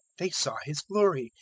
they saw his glory,